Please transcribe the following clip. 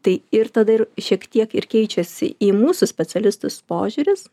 tai ir tada ir šiek tiek ir keičiasi į mūsų specialistus požiūris